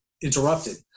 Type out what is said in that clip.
interrupted